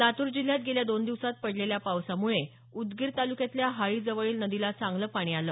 लातूर जिल्ह्यात गेल्या दोन दिवसात पडलेल्या पावसामुळे उदगीर तालुक्यातल्या हाळी जवळील नदीला चांगलं पाणी आलं